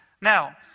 Now